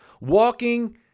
walking